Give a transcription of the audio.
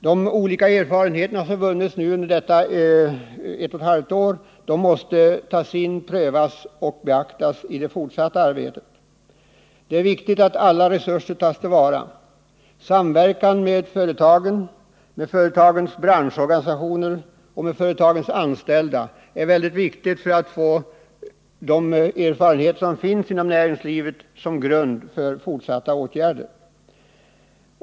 De olika erfarenheter som vunnits under dessa 1,5 år måste tas in, prövas och beaktas i det fortsatta arbetet. Det är viktigt att alla resurser tas till vara. En samverkan med företagen samt deras branschorganisationer och anställda är av värde för att få de erfarenheter som finns inom näringslivet såsom grund för fortsatta åtgärder.